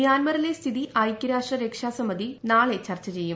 മ്യാൻമറിലെ സ്ഥിതി ഐക്യരാഷ്ട്ര രക്ഷാസമിതി നാളെ ചർച്ച ചെയ്യും